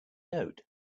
note